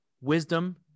wisdom